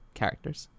characters